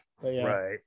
Right